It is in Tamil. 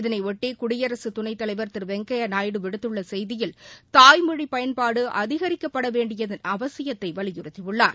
இதனையொட்டி குடியரசுத் துணைத் தலைவர் திரு வெங்கையா நாயுடு விடுத்துள்ள செய்தியில் தாய்மொழி பயன்பாடு அதிகரிக்கப்படவேண்டியதன் அவசியத்தை வலியுறுத்தியுள்ளார்